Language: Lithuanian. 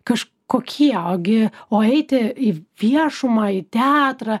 kažkokie ogi o eiti į viešumą į teatrą